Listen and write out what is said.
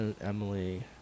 Emily